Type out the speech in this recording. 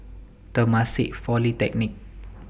Temasek Polytechnic